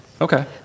Okay